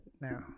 now